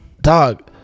Dog